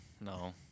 No